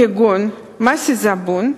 כגון מס עיזבון,